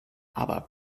aber